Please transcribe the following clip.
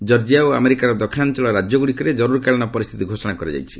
Georgia ଓ ଆମେରିକାର ଦକ୍ଷିଣାଞ୍ଚଳ ରାଜ୍ୟଗୁଡ଼ିକରେ ଜରୁରୀକାଳୀନ ପରିସ୍ଥିତି ଘୋଷଣା କରାଯାଇଛି